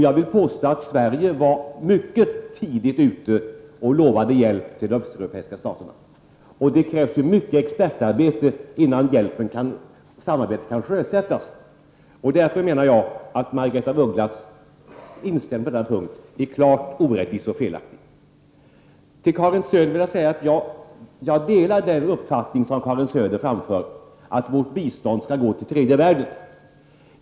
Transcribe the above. Jag vill påstå att Sverige var mycket tidigt ute och lovade hjälp till de östeuropeiska staterna. Det krävs mycket expertarbete innan samarbetet kan sjösättas. Därför menar jag att Margaretha af Ugglas inställning på denna punkt är klart orättvis och felaktig. Till Karin Söder vill jag säga att jag delar den uppfattning som hon framför, att vårt bistånd skall gå till tredje världen.